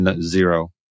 zero